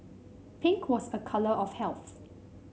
pink was a colour of health